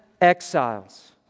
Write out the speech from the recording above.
exiles